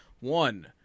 One